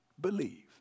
Believe